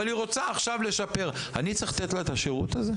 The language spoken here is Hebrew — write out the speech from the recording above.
אבל היא רוצה עכשיו לשפר אני צריך לתת לה את השירות הזה?